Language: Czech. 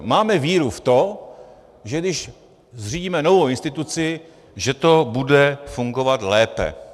Máme víru v to, že když zřídíme novou instituci, že to bude fungovat lépe.